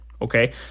Okay